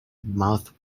mouth